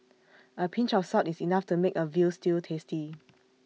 A pinch of salt is enough to make A Veal Stew tasty